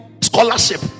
scholarship